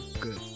good